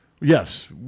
Yes